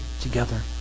together